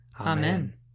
Amen